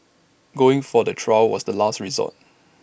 going for the trial was the last resort